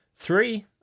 Three